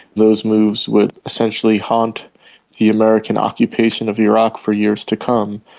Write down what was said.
those moves would essentially haunt the american occupation of iraq for years to come.